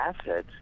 assets